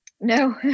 no